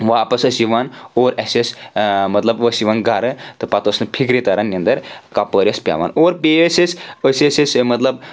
واپس ٲسۍ یِوان اورٕ اسہِ ٲسۍ مطلب ٲسۍ یِوان گرٕ تہٕ پتہٕ اوس نہٕ فِکرِ ترَن نِنٛدٕر کپٲرۍ ٲسۍ پؠوان اور بیٚیہِ ٲسۍ أسۍ أسۍ ٲسۍ أسۍ مطلب